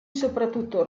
soprattutto